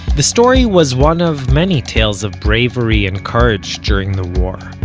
the story was one of many tales of bravery and courage during the war.